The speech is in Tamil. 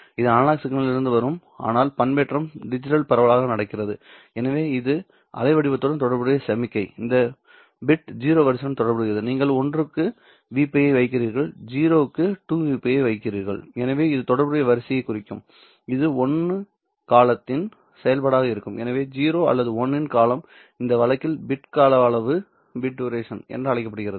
இது அனலாக் சிக்னலில் இருந்து வரும் ஆனால் பண்பேற்றம் டிஜிட்டல் பரவலாக நடக்கிறது எனவே இது அலைவடிவத்துடன் தொடர்புடைய சமிக்ஞை இந்த பிட் 0 வரிசையுடன் தொடர்புடையது நீங்கள் ஒன்றுக்கு V π ஐ வைக்கிறீர்கள்0 க்கு 2V π ஐ வைக்கிறீர்கள் எனவே இது தொடர்புடைய வரிசையாக இருக்கும் இது 1 காலத்தின் செயல்பாடாக இருக்கும்எனவே 0 அல்லது 1 இன் காலம் இந்த வழக்கில் பிட் கால அளவு என அழைக்கப்படுகிறது